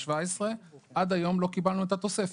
2017. עד היום לא קיבלנו את התוספת.